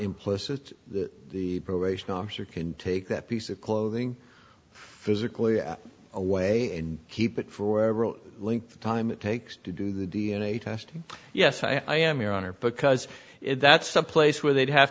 implicit that the probation officer can take that piece of clothing physically away and keep it forever linked the time it takes to do the d n a testing yes i am your honor because that's someplace where they'd have